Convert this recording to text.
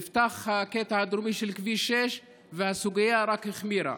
נפתח הקטע הדרומי של כביש 6 והסוגיה רק החמירה.